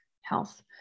health